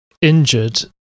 injured